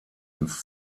ins